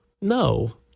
No